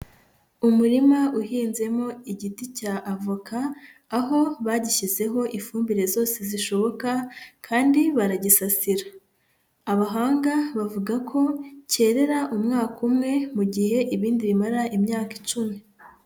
Umurima uhinzemo igiti cya avoka, aho bagishyizeho ifumbire zose zishoboka kandi baragisasira, abahanga bavuga ko cyerera umwaka umwe mu gihe ibindi bimara imyaka icumi.